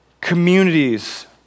communities